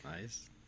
Nice